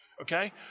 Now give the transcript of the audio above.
okay